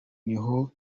niho